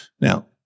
Now